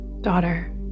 daughter